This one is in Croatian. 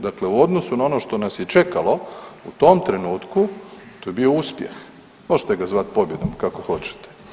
Dakle, u odnosu na ono što nas je čekalo u tom trenutku to je bio uspjeh, možete ga zvat pobjedom, kako hoćete.